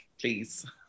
please